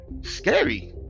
scary